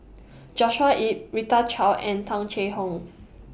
Joshua Ip Rita Chao and Tung Chye Hong